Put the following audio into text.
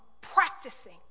practicing